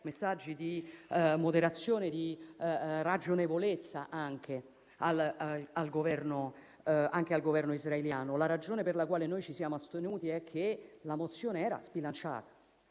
messaggi di moderazione e di ragionevolezza anche al Governo israeliano. La ragione per la quale ci siamo astenuti è che la mozione era sbilanciata,